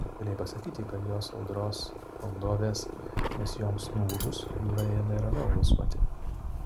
galėjai pasakyti kad jos audros valdovės nes joms nuūžus jūra ėmė ramiau alsuoti